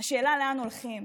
השאלה היא לאן הולכים.